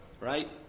right